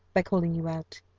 by calling you out.